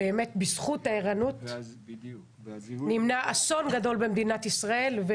בזכות הערנות נמנע אסון גדול במדינת ישראל.